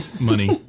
money